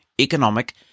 economic